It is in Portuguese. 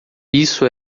isso